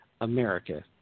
America